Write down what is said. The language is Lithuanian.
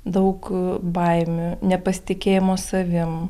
daug baimių nepasitikėjimo savim